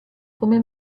come